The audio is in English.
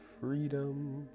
freedom